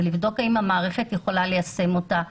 זה לבדוק האם המערכת יכולה ליישם אותה.